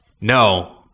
No